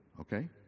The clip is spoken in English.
okay